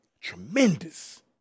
tremendous